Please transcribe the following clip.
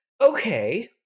Okay